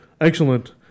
Excellent